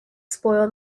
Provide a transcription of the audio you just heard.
spoil